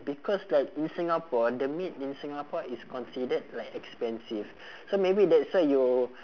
because like in singapore the meat in singapore is considered like expensive so maybe that's why you'll